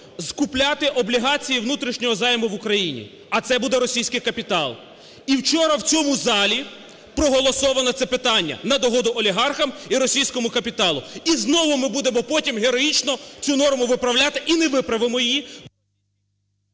скупляти облігації внутрішнього займу в Україні, а це буде російський капітал. І вчора в цьому залі проголосовано це питання на догоду олігархам і російському капіталу. І знову ми будемо потім героїчно цю норму виправляти, і не виправимо її…